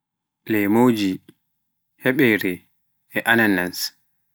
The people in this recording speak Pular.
Leemuuji, heɓeere, e ananas